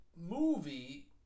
movie